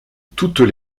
toutes